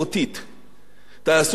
תעשו משאל בציבור,